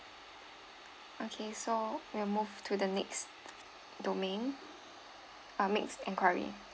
okay so we'll move to the next domain uh makes inquiry